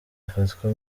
afatwa